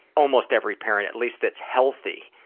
almost every parent at least that's healthy,